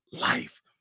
life